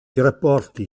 rapporti